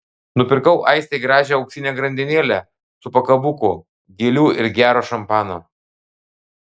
nupirkau aistei gražią auksinę grandinėlę su pakabuku gėlių ir gero šampano